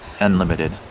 unlimited